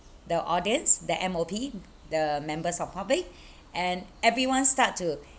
the audience the M_O_P the members of public and everyone start to